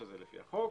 שזה לפי החוק,